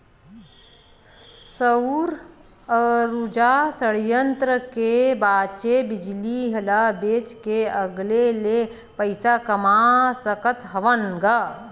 सउर उरजा संयत्र के बाचे बिजली ल बेच के अलगे ले पइसा कमा सकत हवन ग